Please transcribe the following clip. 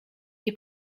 nie